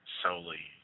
solely